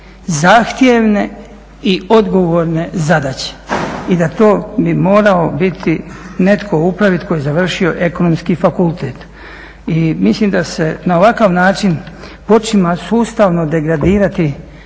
zahtjevne i odgovorne zadaće i da to bi morao biti netko u upravi tko je završio ekonomski fakultet. I mislim da se na ovakav način počinje sustavno degradirati